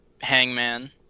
Hangman